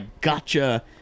gotcha